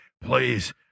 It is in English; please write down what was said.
please